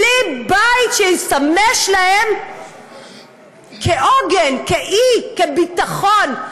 בלי בית שישמש להם כעוגן, כאי, כביטחון.